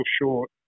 short